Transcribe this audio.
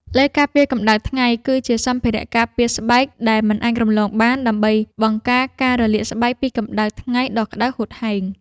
ឡេការពារកម្ដៅថ្ងៃគឺជាសម្ភារៈការពារស្បែកដែលមិនអាចរំលងបាន ដើម្បីបង្ការការរលាកស្បែកពីកម្ដៅថ្ងៃដ៏ក្ដៅហួតហែង។